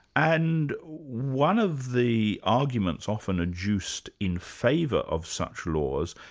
and one of the arguments often adduced in favour of such laws,